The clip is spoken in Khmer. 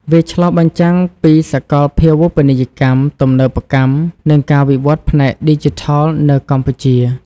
វាឆ្លុះបញ្ចាំងពីសកលភាវូបនីយកម្ម ទំនើបកម្ម និងការវិវឌ្ឍផ្នែកឌីជីថលនៅកម្ពុជា។